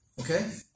Okay